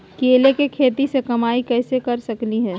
केले के खेती से कमाई कैसे कर सकय हयय?